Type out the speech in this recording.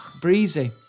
Breezy